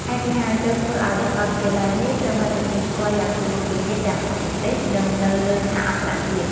ហេតុនេះហើយទើបធ្វើឲ្យសាកលវិទ្យាល័យនេះត្រូវបានទទួលស្គាល់យ៉ាងទូលំទូលាយទាំងក្នុងប្រទេស និងនៅលើឆាកអន្តរជាតិ។